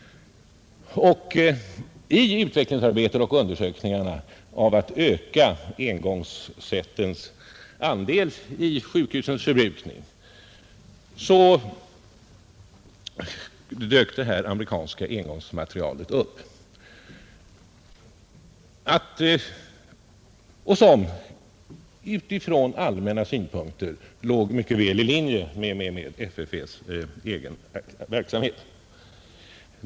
Vid utvecklingsarbetet och undersökningarna av möjligheterna att öka engångssetens andel i sjukhusens förbrukning dök det här amerikanska engångsmaterialet upp. Från allmänna synpunkter låg det mycket väl i linje med FFV:s egen verksamhet.